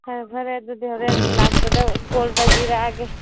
ꯐꯔꯦ ꯐꯔꯦ ꯑꯗꯨꯗꯤ ꯍꯣꯔꯦꯟ ꯂꯥꯛꯄꯗ ꯀꯣꯜ ꯇꯧꯕꯤꯔꯛꯂꯒꯦ